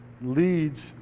leads